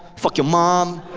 fuck your mom.